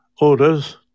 orders